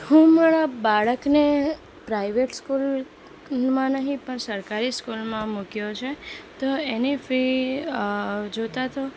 હું મારા બાળકને પ્રાઇવેટ સ્કૂલમાં નહીં પણ સરકારી સ્કૂલમાં મૂક્યો છે તો એની ફી જોતા તો